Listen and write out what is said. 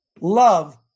Love